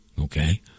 okay